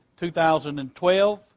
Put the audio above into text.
2012